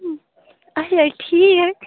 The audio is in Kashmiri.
آچھا ٹھیٖک